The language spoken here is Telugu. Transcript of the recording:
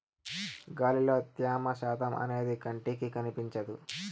గాలిలో త్యమ శాతం అనేది కంటికి కనిపించదు